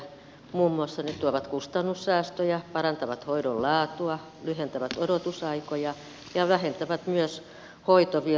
ne muun muassa tuovat kustannussäästöjä parantavat hoidon laatua lyhentävät odotusaikoja ja vähentävät myös hoitovirheitä